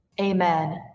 Amen